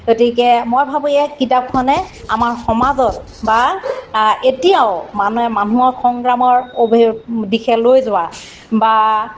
গতিকে মই ভাবোঁ এই কিতাপখনে আমাৰ সমাজত বা এতিয়াও মানে মানুহৰ সংগ্ৰামৰ অভে দিশে লৈ যোৱা বা